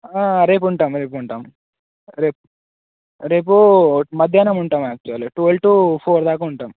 రేపు ఉంటాం రేపు ఉం టాం రేపు రేపు మధ్యాహ్నం ఉంటాం యాక్చువల్గా ట్వల్వ్ టు ఫోర్ దాకా ఉంటాం